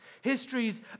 histories